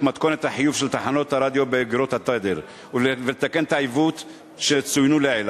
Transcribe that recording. מתכונת החיוב של תחנות הרדיו באגרות תדר ולתקן את העיוותים שצוינו לעיל.